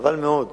חבל מאוד,